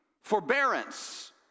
Forbearance